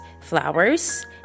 flowers